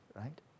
right